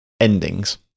endings